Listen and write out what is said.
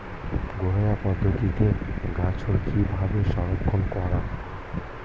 ঘরোয়া পদ্ধতিতে গাজর কিভাবে সংরক্ষণ করা?